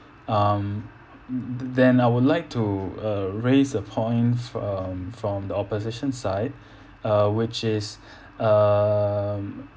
um th~ then I would like to uh raise a point fr~ um from the opposition side uh which is um